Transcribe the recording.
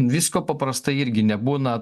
visko paprastai irgi nebūna